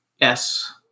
yes